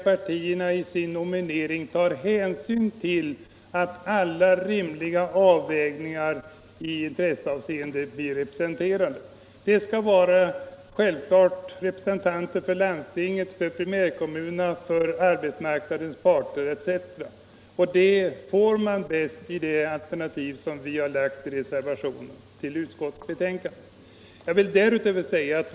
Partierna skall i sina nomineringar ha ansvaret för att alla intresseriktningar så långt det är möjligt blir representerade. Det skall självfallet vara representanter för landstinget, för primärkommunerna, för arbetsmarknadens parter etc. En sådan representation åstadkommes bäst enligt det alternativ som vi föreslagit.